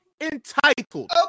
entitled